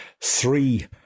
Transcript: three